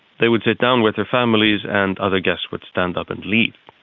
they would sit down with their families and other guests would stand up and leave.